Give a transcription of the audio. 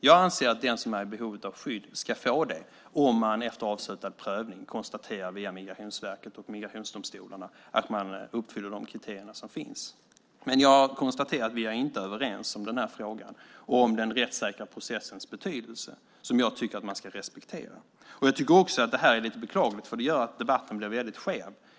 Jag anser att den som är i behov av skydd ska få det om man efter avslutad prövning via Migrationsverket och migrationsdomstolarna konstaterar att de kriterier som finns uppfylls. Jag konstaterar att vi inte är överens i den frågan och inte heller i frågan om den rättssäkra processens betydelse, som jag tycker att man ska respektera. Jag tycker också att det här är lite beklagligt, för det gör att debatten blir väldigt skev.